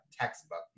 textbook